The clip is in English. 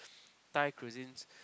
Thai cuisines